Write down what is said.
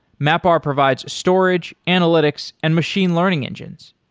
mapr provides storage, analytics and machine learning engines.